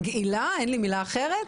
מגעילה, אין לי מילה אחרת.